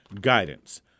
Guidance